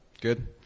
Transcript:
Good